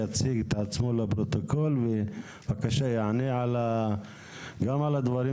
יציג את עצמו לפרוטוקול ויענה גם על הדברים